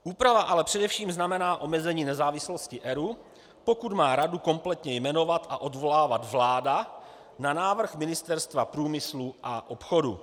Úprava ale znamená především omezení nezávislosti ERÚ, pokud má radu kompletně jmenovat a odvolávat vláda na návrh Ministerstva průmyslu a obchodu.